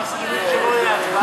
הם מסכימים שלא תהיה הצבעה?